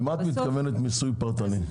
למה את מתכוונת מיסוי פרטני?